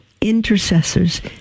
intercessors